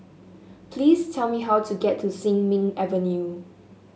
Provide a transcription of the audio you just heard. please tell me how to get to Sin Ming Avenue